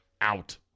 Out